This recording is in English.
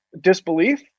disbelief